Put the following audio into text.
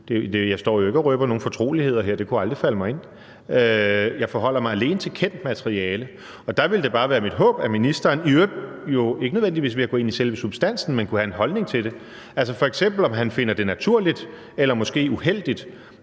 Jeg står ikke og røber nogen fortroligheder her, det kunne aldrig falde mig ind. Jeg forholder mig alene til kendt materiale. Der ville det bare være mit håb, at ministeren – jo i øvrigt ikke nødvendigvis ved at gå ind i selve substansen, men at han kunne have en holdning til det – kunne sige, om han f.eks. finder det naturligt eller måske uheldigt,